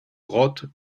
grottes